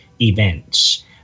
events